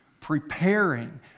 Preparing